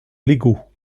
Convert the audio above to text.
légaux